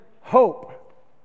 hope